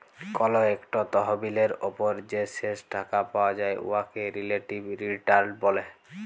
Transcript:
call ইকট তহবিলের উপর যে শেষ টাকা পাউয়া যায় উয়াকে রিলেটিভ রিটার্ল ব্যলে